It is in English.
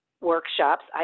workshops